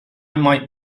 might